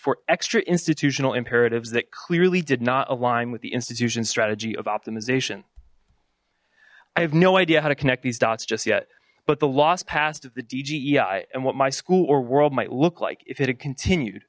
for extra institutional imperatives that clearly did not align with the institution strategy of optimization i have no idea how to connect these dots just yet but the lost past of the dge i and what my school or world might look like if it had continued